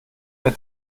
der